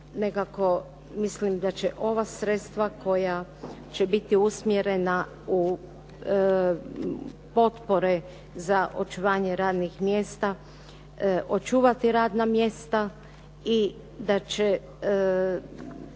nekako mislim da će ova sredstva koja će biti usmjerena u potpore za očuvanje radnih mjesta očuvati radna mjesta i da će